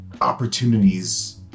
opportunities